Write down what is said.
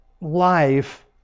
life